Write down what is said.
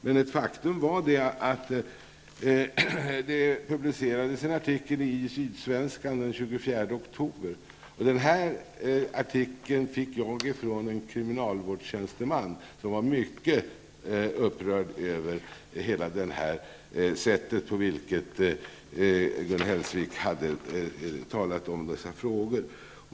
Men ett faktum är att det publicerades en artikel i Sydsvenska Dagbladet den 24 oktober om detta. Artikeln fick jag från en kriminalvårdstjänsteman som var mycket upprörd över det sätt på vilket Gun Hellsvik hade talat i denna fråga.